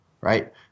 right